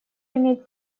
имеет